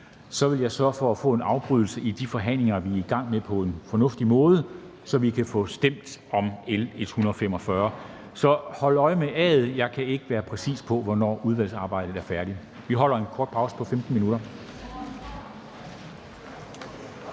vil jeg sørge for at få en afbrydelse i de forhandlinger, vi er i gang med, på en fornuftig måde, så vi kan få stemt om L 145. Så hold øje med A'et på uret, for jeg kan ikke være præcis på, hvornår udvalgsarbejdet er færdigt. Vi holder en kort pause på 15 minutter.